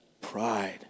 pride